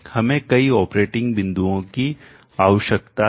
हमें कई ऑपरेटिंग बिंदुओं की आवश्यकता है